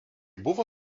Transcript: buvo